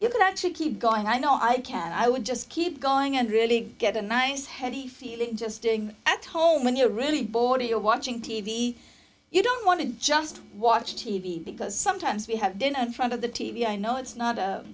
you can actually keep going i know i can i would just keep going and really get a nice heady feeling just doing at home when you're really bored or you're watching t v you don't want to just watch t v because sometimes we have dinner in front of the t v i know it's not